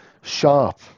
sharp